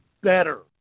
better